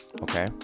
okay